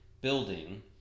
building